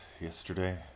yesterday